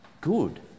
good